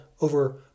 over